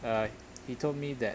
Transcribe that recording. uh he told me that